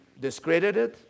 discredited